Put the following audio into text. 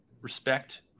respect